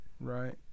Right